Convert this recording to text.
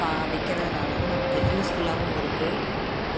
பா வைக்கறதுனாலவும் நமக்கு யூஸ்ஃபுல்லாகவும் இருக்குது